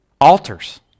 Altars